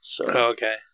Okay